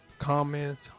comments